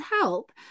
help